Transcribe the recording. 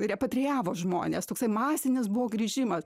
repatrijavo žmonės toksai masinis buvo grįžimas